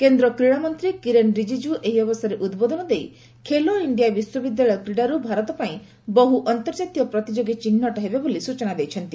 କେନ୍ଦ୍ର କ୍ରୀଡ଼ାମନ୍ତ୍ରୀ କିରେଣ୍ ରିଜିଜ୍ଜୁ ଏହି ଅବସରରେ ଉଦ୍ବୋଧନ ଦେଇ ଖେଲୋ ଇଣ୍ଡିଆ ବିଶ୍ୱବିଦ୍ୟାଳୟ କ୍ରୀଡ଼ାରୁ ଭାରତ ପାଇଁ ବହୁ ଅନ୍ତର୍ଜାତୀୟ ପ୍ରତିଯୋଗୀ ଚିହ୍ନଟ ହେବେ ବୋଲି କହିଛନ୍ତି